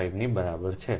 75 નીબરાબર છે